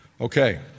Okay